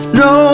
no